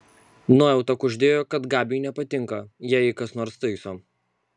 nuojauta kuždėjo kad gabiui nepatinka jei jį kas nors taiso